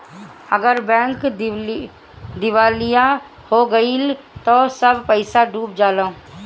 अगर बैंक दिवालिया हो गइल त सब पईसा डूब जाला